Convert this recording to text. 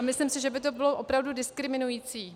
Myslím si, že by to bylo opravdu diskriminující.